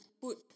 put